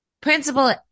Principal